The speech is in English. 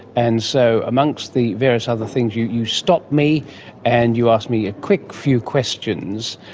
and so amongst the various other things you you stop me and you ask me a quick few questions.